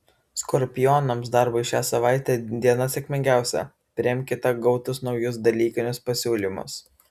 skorpionams darbui šią savaitę diena sėkmingiausia priimkite gautus naujus dalykinius pasiūlymus